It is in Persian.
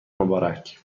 مبارک